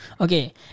Okay